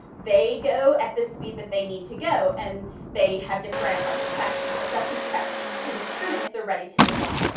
they go at the speed that they need to go, and they have different like assessment checks to determine if they're ready to move on.